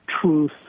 truth